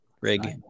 rig